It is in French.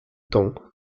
temps